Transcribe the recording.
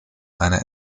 eine